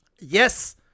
yes